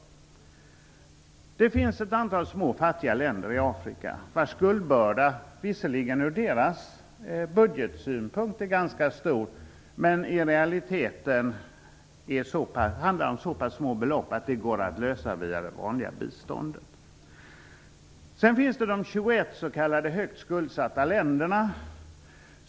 Det finns ett antal små fattiga länder i Afrika vilkas skuldbörda visserligen ur deras budgetsynpunkt är ganska stor. Men det handlar i realiteten om så pass små belopp att det går att lösa via det vanliga biståndet. Sedan finns det de 21 s.k. högt skuldsatta länderna.